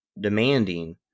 demanding